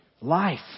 life